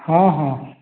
ହଁ ହଁ